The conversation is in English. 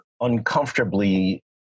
uncomfortably